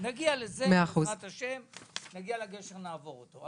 כשנגיע לגשר נעבור אותו.